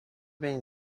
being